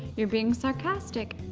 you're being sarcastic.